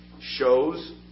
shows